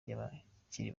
ry’abakiri